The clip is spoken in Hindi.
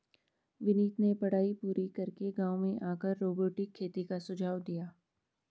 विनीत ने पढ़ाई पूरी करके गांव में आकर रोबोटिक खेती का सुझाव दिया